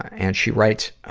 and she writes, ah,